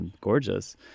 Gorgeous